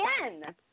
again